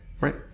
Right